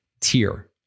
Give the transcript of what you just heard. tier